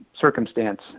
circumstance